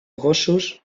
gossos